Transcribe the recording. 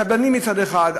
הקבלנים מצד אחד,